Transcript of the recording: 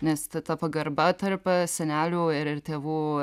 nes ta pagarba tarp senelių ir ir tėvų